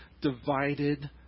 divided